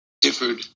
differed